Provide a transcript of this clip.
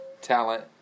talent